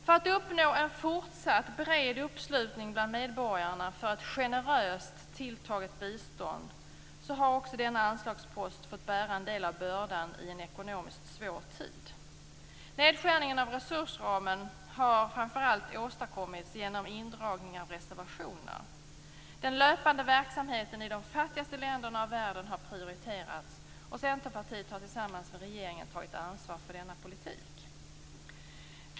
För att uppnå en fortsatt bred uppslutning bland medborgarna för ett generöst tilltaget bistånd har denna anslagspost också fått bära en del av bördan i en ekonomiskt svår tid. Nedskärningen av resursramen har framför allt åstadkommits genom indragning av reservationer. Den löpande verksamheten i de fattigaste delarna av världen har prioriterats. Centerpartiet har tillsammans med regeringen tagit ansvar för denna politik.